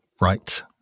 Right